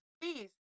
please